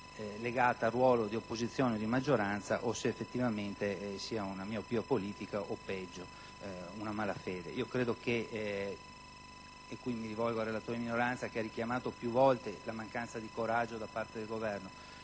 legata al ruolo di opposizione e di maggioranza o se effettivamente sia una miopia politica o peggio malafede. Mi rivolgo al relatore di minoranza che ha richiamato più volte la mancanza di coraggio da parte del Governo: